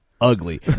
ugly